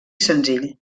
senzill